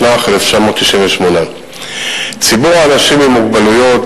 התשנ"ח 1998. ציבור האנשים עם מוגבלות,